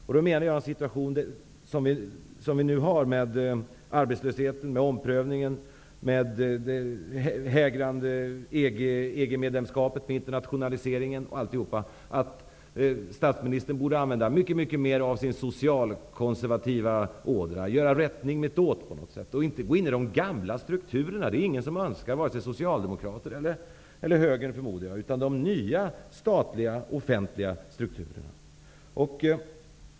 I den situation vi har nu med t.ex. arbetslöshet, omprövning, hägrande EG-medlemskap och internationalisering borde statsministern använda mycket mer av sin socialkonservativa ådra. Han borde göra rättning mittåt, och inte gå in i de gamla strukturerna. Det önskar ju varken socialdemokrater eller högern, förmodar jag. Han borde gå in i nya statliga, offentliga strukturer.